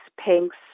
pinks